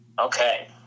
Okay